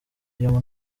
iyo